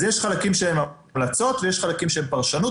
אז יש חלקים שהם המלצות ויש חלקים שהם פרשנות.